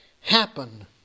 happen